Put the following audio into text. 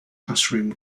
classroom